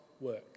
work